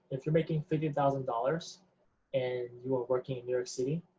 if you're making fifty thousand dollars and you are working in new york city,